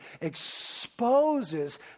exposes